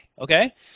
okay